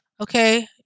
Okay